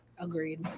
Agreed